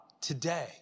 today